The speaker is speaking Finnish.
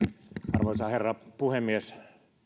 arvoisa herra puhemies